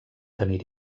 tenir